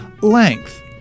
length